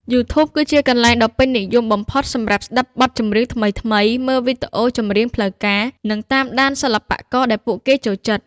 YouTube គឺជាកន្លែងដ៏ពេញនិយមបំផុតសម្រាប់ស្ដាប់បទចម្រៀងថ្មីៗ មើលវីដេអូចម្រៀងផ្លូវការ និងតាមដានសិល្បករដែលពួកគេចូលចិត្ត។